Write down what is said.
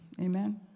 Amen